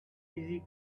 easy